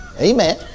Amen